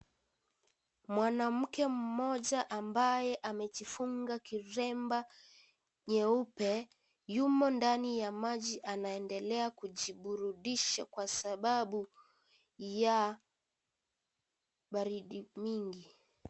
Mwanamke mmoja ambaye amejifunga kilemba cheupe yumo ndani ya maji anaendelea kujiburudisha kwa sababu ya baridi mingi.